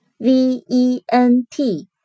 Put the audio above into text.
V-E-N-T